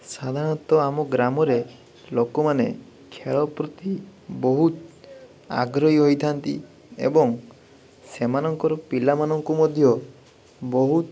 ସାଧାରଣତଃ ଆମ ଗ୍ରାମରେ ଲୋକମାନେ ଖେଳପ୍ରତି ବହୁତ ଆଗ୍ରହୀ ହୋଇଥାନ୍ତି ଏବଂ ସେମାନଙ୍କର ପିଲାମାନଙ୍କୁ ମଧ୍ୟ ବହୁତ